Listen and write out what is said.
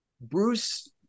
Bruce